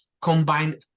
combine